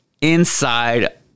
inside